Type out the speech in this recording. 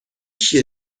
کیه